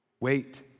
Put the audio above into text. Wait